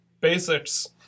Basics